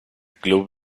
club